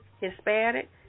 Hispanic